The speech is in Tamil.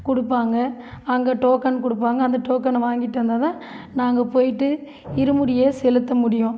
கொடுப்பாங்க அங்கே டோக்கன் கொடுப்பாங்க அந்த டோக்கனை வாங்கிகிட்டு வந்தால்தான் நாங்கள் போய்விட்டு இருமுடியை செலுத்த முடியும்